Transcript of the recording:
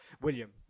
William